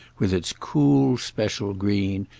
with its cool special green,